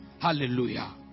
Hallelujah